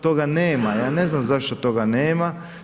Toga nema, ja ne znam zašto toga nema.